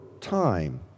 time